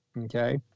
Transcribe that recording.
okay